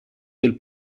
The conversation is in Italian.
del